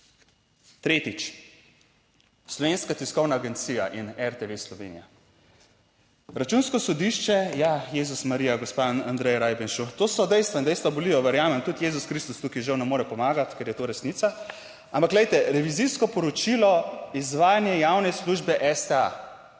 Tretjič, Slovenska tiskovna agencija in RTV Slovenija, Računsko sodišče, ja, Jezus, Marija, gospa Andreja Rajbenšu, to so dejstva in dejstva bolijo. Verjamem, tudi Jezus Kristus tukaj žal ne more pomagati, ker je to resnica. Ampak glejte, revizijsko poročilo, izvajanje javne službe sta